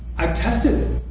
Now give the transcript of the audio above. i've tested it.